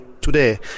today